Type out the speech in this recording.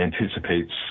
anticipates